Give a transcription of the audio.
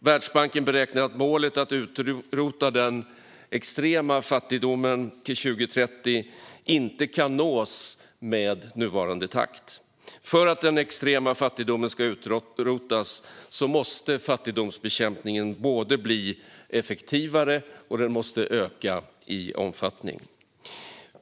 Världsbanken beräknar att målet att utrota den extrema fattigdomen till 2030 inte kan nås med nuvarande takt. För att den extrema fattigdomen ska utrotas måste fattigdomsbekämpningen både bli effektivare och öka i omfattning.